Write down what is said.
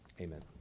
Amen